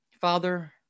Father